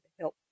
help